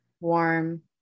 warm